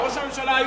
לראש הממשלה יש זכות.